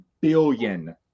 billion